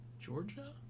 Georgia